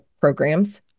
programs